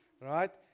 right